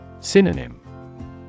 Synonym